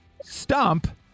Stump